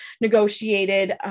negotiated